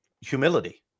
humility